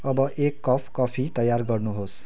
अब एक cup coffee तयार गर्नुहोस्